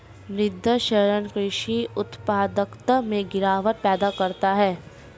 मृदा क्षरण कृषि उत्पादकता में गिरावट पैदा करता है